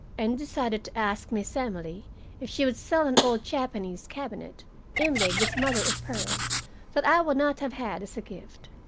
and decided to ask miss emily if she would sell an old japanese cabinet inlaid with mother of pearl that i would not have had as a gift.